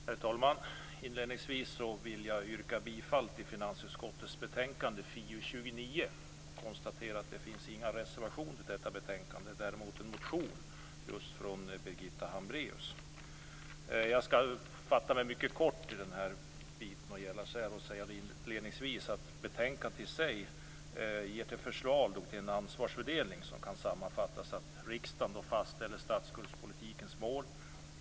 Herr talman! Inledningsvis vill jag yrka bifall till hemställan i finansutskottets betänkande, FiU29. Jag kan konstatera att det inte finns några reservationer till detta betänkande. Däremot finns det en motion från just Birgitta Hambraeus. Jag skall fatta mig mycket kort vad gäller den biten och inledningsvis säga att betänkandet ger förslag till en ansvarsfördelning som kan sammanfattas med att riksdagen fastställer statsskuldspolitikens mål.